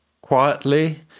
quietly